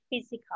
physical